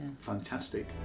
fantastic